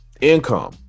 income